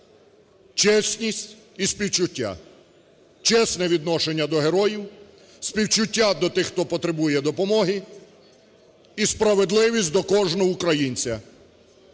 чесність і співчуття, чесне відношення до героїв, співчуття до тих, хто потребує допомоги, і справедливість до кожного українця,